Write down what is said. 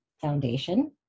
Foundation